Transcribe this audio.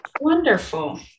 Wonderful